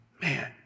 Man